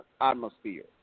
Atmosphere